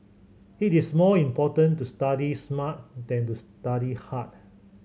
it is more important to study smart than to study hard